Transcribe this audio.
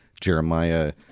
Jeremiah